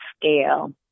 scale